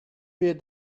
wir